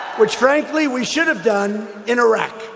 which frankly we should have done in iraq